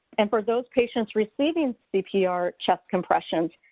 and for those patients receiving cpr chest compressions,